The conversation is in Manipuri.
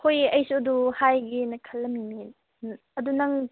ꯍꯣꯏ ꯑꯩꯁꯨ ꯑꯗꯨ ꯍꯥꯏꯒꯦꯅ ꯈꯜꯂꯝꯃꯤꯅꯦ ꯑꯗꯨ ꯅꯪ